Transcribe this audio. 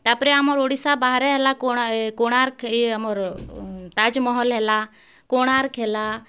ତା'ପରେ ଆମର୍ ଓଡ଼ିଶା ବାହାରେ ହେଲା କୋଣାର୍କ୍ ଆମର୍ ତାଜ୍ମହଲ୍ ହେଲା କୋଣାର୍କ୍ ହେଲା